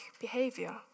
behavior